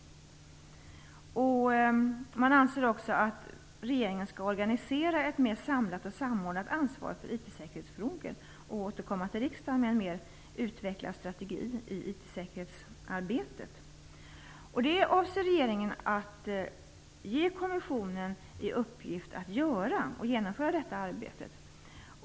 Man anser också att regeringen skall organisera ett mer samlat och samordnat ansvar för IT-säkerhetsfrågor, och att regeringen skall återkomma till riksdagen med en mer utvecklad strategi för arbetet med IT-säkerhet. Regeringen avser att ge kommissionen i uppgift att genomföra det arbetet.